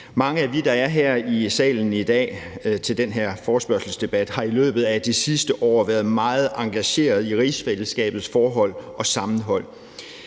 Mange af jer, der er i salen i dag til den her forespørgselsdebat, har i løbet af de sidste år været meget engageret i rigsfællesskabets forhold og sammenhold